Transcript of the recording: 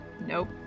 nope